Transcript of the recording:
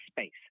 space